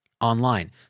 online